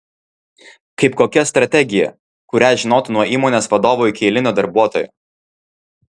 kaip kokia strategija kurią žinotų nuo įmonės vadovo iki eilinio darbuotojo